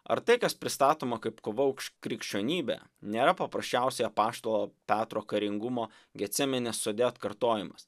ar tai kas pristatoma kaip kova už krikščionybę nėra paprasčiausiai apaštalo petro karingumo getsemenės sode atkartojimas